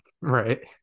Right